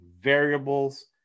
variables